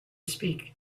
speak